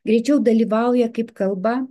greičiau dalyvauja kaip kalba